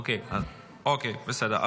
אוקיי, בסדר.